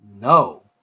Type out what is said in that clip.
No